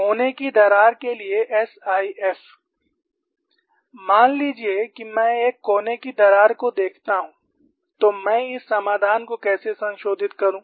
कोने की दरार के लिए एसआईएफ मान लीजिए कि मैं एक कोने की दरार को देखता हूं तो मैं इस समाधान को कैसे संशोधित करूं